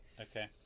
Okay